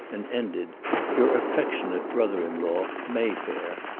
and ended your affectionate brother-in-law, mayfair,